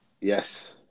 Yes